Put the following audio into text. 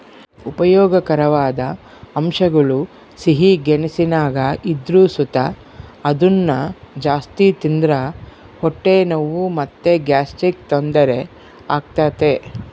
ಉಪಯೋಗಕಾರವಾದ ಅಂಶಗುಳು ಸಿಹಿ ಗೆಣಸಿನಾಗ ಇದ್ರು ಸುತ ಅದುನ್ನ ಜಾಸ್ತಿ ತಿಂದ್ರ ಹೊಟ್ಟೆ ನೋವು ಮತ್ತೆ ಗ್ಯಾಸ್ಟ್ರಿಕ್ ತೊಂದರೆ ಆಗ್ತತೆ